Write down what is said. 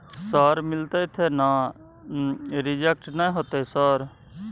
Sir मिलते थे ना रिजेक्ट नय होतय सर?